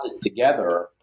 together